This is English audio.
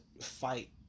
fight